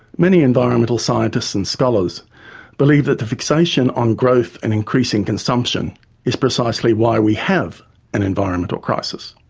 many environmental scientists and scholars believe that the fixation on growth and increasing consumption is precisely why we have an environmental crisis.